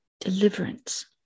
deliverance